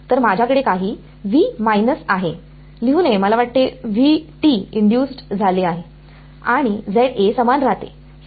तर माझ्याकडे काही आहे लिहू नये मला वाटते काही इंड्युसड् झालेले आहे आणि समान राहते सामान्यत रेसिप्रोसिटी ने